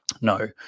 No